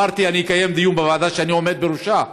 אמרתי: אני אקיים דיון בוועדה שאני עומד בראשה.